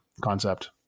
concept